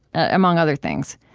among other things.